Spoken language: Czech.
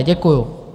Děkuju.